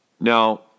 Now